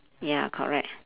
ya correct